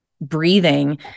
breathing